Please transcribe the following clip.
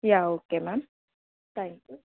yeah okay ma'am thank you